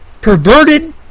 perverted